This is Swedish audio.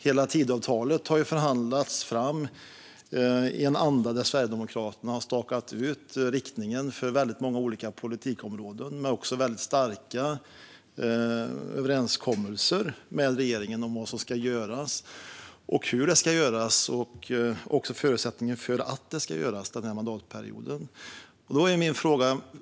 Hela Tidöavtalet har förhandlats fram i en anda där Sverigedemokraterna har stakat ut riktningen för många olika politikområden men också starka överenskommelser med regeringen om vad som ska göras, hur det ska göras och förutsättningarna för att det ska göras under denna mandatperiod. Jag har en fråga.